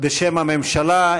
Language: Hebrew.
בשם הממשלה,